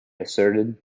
asserted